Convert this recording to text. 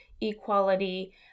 equality